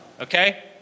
okay